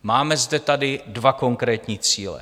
Máme zde tady dva konkrétní cíle.